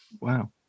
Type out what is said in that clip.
wow